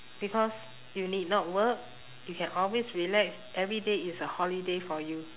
because you need not work you can always relax every day is a holiday for you